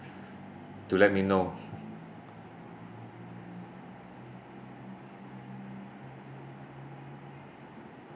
to let me know